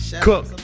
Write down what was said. cook